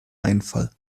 einfall